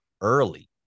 early